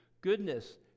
goodness